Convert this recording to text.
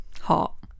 Hot